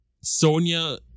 Sonia